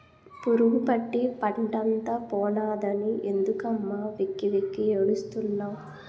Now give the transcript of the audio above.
పురుగుపట్టి పంటంతా పోనాదని ఎందుకమ్మ వెక్కి వెక్కి ఏడుస్తున్నావ్